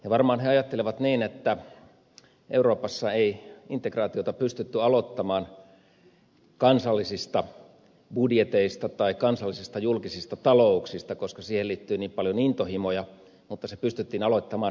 varmaan he ajattelevat niin että euroopassa ei integraatiota pystytty aloittamaan kansallisista budjeteista tai kansallisista julkisista talouksista koska siihen liittyy niin paljon intohimoja mutta se pystyttiin aloittamaan rahaliitosta